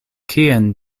kien